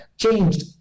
changed